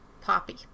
poppy